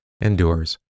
endures